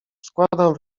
składam